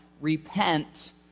repent